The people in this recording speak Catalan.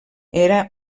era